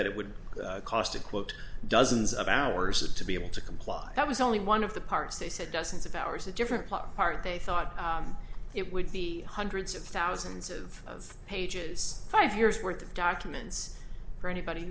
that it would cost a quote dozens of hours to be able to comply that was only one of the parts they said dozens of hours a different part they thought it would be hundreds of thousands of pages five years worth of documents for anybody